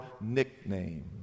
nickname